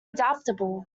adaptable